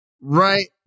Right